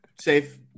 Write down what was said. safe